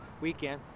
weekend